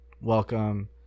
welcome